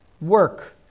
Work